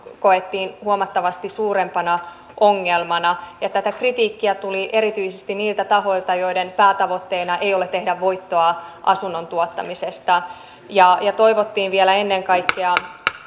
koettiin huomattavasti suurempana ongelmana tätä kritiikkiä tuli erityisesti niiltä tahoilta joiden päätavoitteena ei ole tehdä voittoa asunnontuottamisesta ja ja toivottiin vielä ennen kaikkea